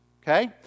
Okay